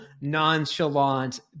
nonchalant